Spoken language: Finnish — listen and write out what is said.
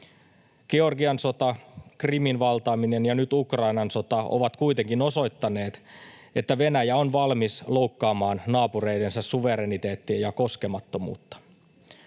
Georgian sota, Krimin valtaaminen ja nyt Ukrainan sota ovat kuitenkin osoittaneet, että Venäjä on valmis loukkaamaan naapureidensa suvereniteettia ja koskemattomuutta.